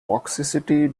toxicity